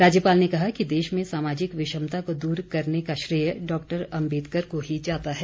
राज्यपाल ने कहा कि देश में सामाजिक विषमता को दूर करने का श्रेय डॉक्टर अम्बेदकर को ही जाता है